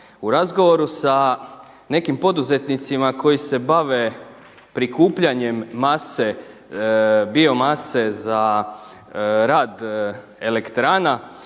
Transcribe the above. U razgovoru s nekim poduzetnicima koji se bave prikupljanjem bio-mase za rad elektrana